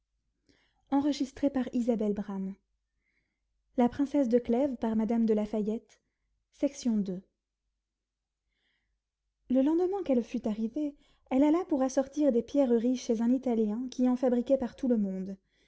le lendemain qu'elle fut arrivée elle alla pour assortir des pierreries chez un italien qui en trafiquait par tout le monde